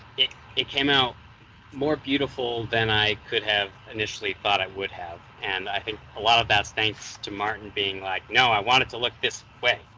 it it came out more beautiful than i could have initially thought it would have, and i think a lot of that's thanks to martin being like no, i want it to look this way.